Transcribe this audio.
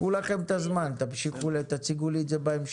קחו לכם את הזמן, תציגו לי את זה בהמשך.